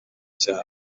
cyane